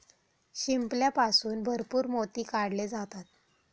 शिंपल्यापासून भरपूर मोती काढले जातात